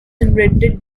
invented